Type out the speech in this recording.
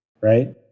right